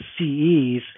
CEs